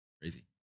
Crazy